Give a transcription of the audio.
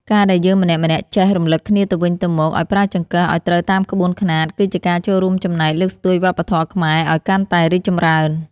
ការដែលយើងម្នាក់ៗចេះរំលឹកគ្នាទៅវិញទៅមកឱ្យប្រើចង្កឹះឱ្យត្រូវតាមក្បួនខ្នាតគឺជាការចូលរួមចំណែកលើកស្ទួយវប្បធម៌ខ្មែរឱ្យកាន់តែរីកចម្រើន។